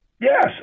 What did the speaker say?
Yes